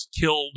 killed